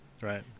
Right